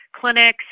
clinics